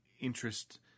interest